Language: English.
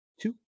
two